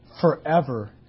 forever